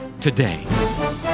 today